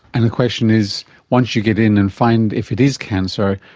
and the question is once you get in and find if it is cancer,